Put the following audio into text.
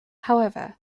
however